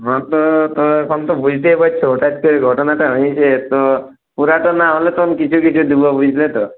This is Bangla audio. এখন বুঝতেই পারছো হঠাৎ করে ঘটনাটা হয়েছে তো পুরাটা না হলে আমি কিছুটা দিবো বুঝলে তো